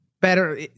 better